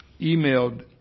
emailed